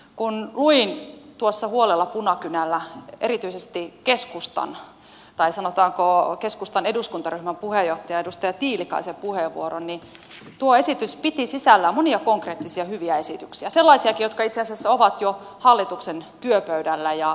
kun luin tuossa huolella punakynällä erityisesti keskustan tai sanotaanko keskustan eduskuntaryhmän puheenjohtajan edustaja tiilikaisen puheenvuoron niin tuo esitys piti sisällään monia konkreettisia hyviä esityksiä sellaisiakin jotka itse asiassa ovat jo hallituksen työpöydällä ja työn alla